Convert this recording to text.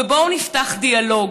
ובואו נפתח דיאלוג.